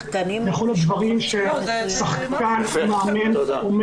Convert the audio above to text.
זה יכול להיות דברים ששחקן או מאמן אומר